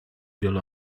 wielu